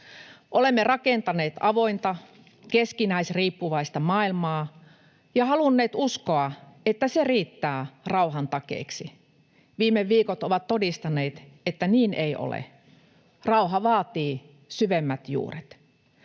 Olemme rakentaneet avointa, keskinäisriippuvaista maailmaa ja halunneet uskoa, että se riittää rauhan takeeksi. Viime viikot ovat todistaneet, että niin ei ole. Rauha vaatii syvemmät juuret.